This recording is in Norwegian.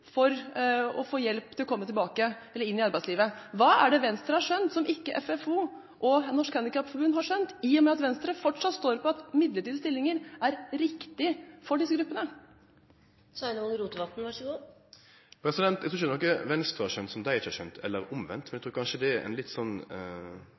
for å få hjelp til å komme tilbake eller inn i arbeidslivet. Hva er det Venstre har skjønt, som FFO og Norsk handikapforbund ikke har skjønt, i og med at Venstre fortsatt står på at midlertidige stillinger er riktig for disse gruppene? Eg trur ikkje det er noko Venstre har skjønt, som dei ikkje har skjønt, eller omvendt, men